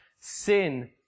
sin